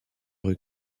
rues